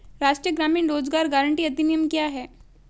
राष्ट्रीय ग्रामीण रोज़गार गारंटी अधिनियम क्या है?